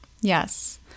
yes